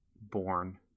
born